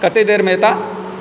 कतेक देरमे एता